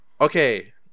Okay